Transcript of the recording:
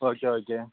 okay okay